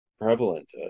prevalent